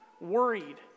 worried